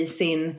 sin